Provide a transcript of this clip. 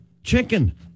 Chicken